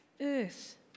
earth